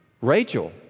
Rachel